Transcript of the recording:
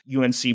UNC